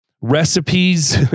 recipes